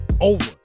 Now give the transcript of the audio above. over